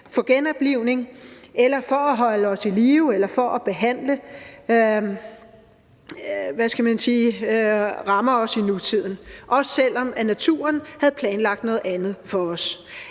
for genoplivning eller for at holde os i live eller for at behandle rammer os i nutiden, også selv om naturen havde planlagt noget andet for os?